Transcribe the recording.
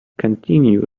continue